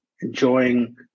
enjoying